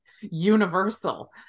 universal